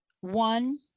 One